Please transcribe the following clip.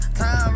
time